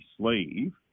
sleeve